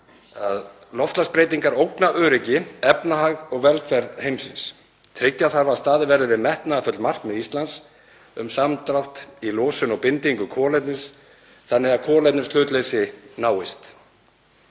„Loftslagsbreytingar ógna öryggi, efnahag og velferð heimsins. Tryggja þarf að staðið verði við metnaðarfull markmið Íslands um samdrátt í losun og bindingu kolefnis þannig að kolefnishlutleysi náist.